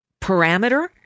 parameter